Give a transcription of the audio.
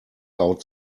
out